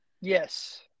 Yes